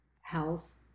health